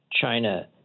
China